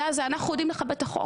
אנחנו יודעים לכבד את החוק,